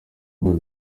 bihugu